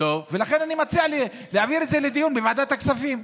ולכן אני מציע להעביר את זה לדיון בוועדת הכספים.